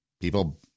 People